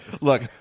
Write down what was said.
look